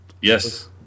yes